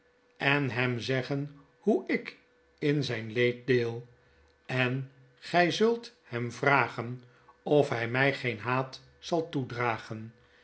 en hem zeggen hoe ik in zijn leed deel en gy zuit hem vragen of hy my geen haat zal toedragen